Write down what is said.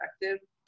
effective